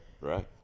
Right